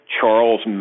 Charles